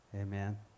Amen